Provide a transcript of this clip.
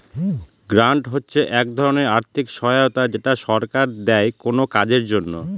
grant হচ্ছে এক ধরনের আর্থিক সহায়তা যেটা সরকার দেয় কোনো কাজের জন্য